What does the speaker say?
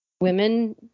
women